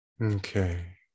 Okay